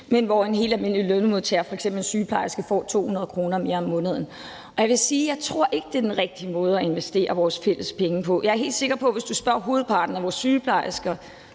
men hvor en helt almindelig lønmodtager, f.eks. en sygeplejerske, får 200 kr. mere om måneden. Og jeg kan sige, at jeg ikke tror , det er den rigtige måde at investere vores fælles penge på. Jeg er helt sikker på, at hvis du spørger hovedparten af vores sygeplejersker,